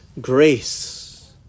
grace